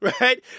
Right